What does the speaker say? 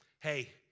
hey